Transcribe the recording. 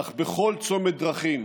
אך בכל צומת דרכים